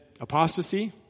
apostasy